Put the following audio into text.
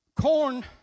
Corn